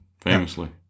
famously